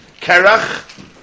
Kerach